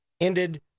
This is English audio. ended